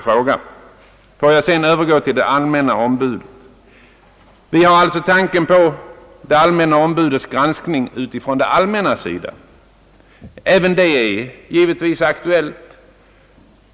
Får jag sedan övergå till det allmänna ombudets granskning från det allmännas sida. även det problemet är givetvis aktuellt.